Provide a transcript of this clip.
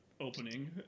opening